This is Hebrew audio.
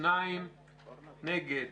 מי נגד?